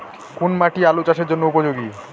কোন মাটি আলু চাষের জন্যে উপযোগী?